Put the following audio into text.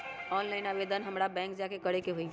Online आवेदन हमरा bank जाके करे के होई?